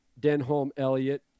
Denholm-Elliott